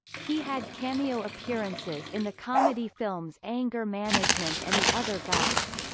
he had cameo appearances in the comedy films anger management and the other guys.